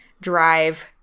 drive